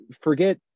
forget